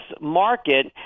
market